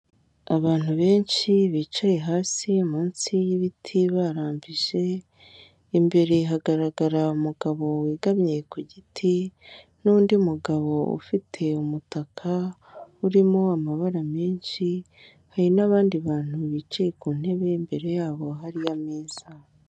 Abantu benshi bicaye hasi munsi y'ibiti barambije, imbere hagaragara umugabo wegamye ku giti, n'undi mugabo ufite umutaka urimo amabara menshi, hari n'abandi bantu bicaye ku ntebe imbere yabo hariya ameza.